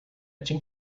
chink